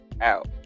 out